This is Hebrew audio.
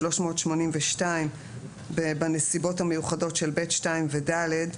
382 בנסיבות המיוחדות של ב(2) ו-ד,